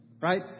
Right